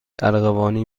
ارغوانی